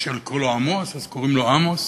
מאשר לקרוא לו עמוס, אז קוראים לו עמוס.